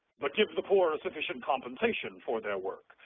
but give the poor a sufficient compensation for their work,